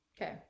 Okay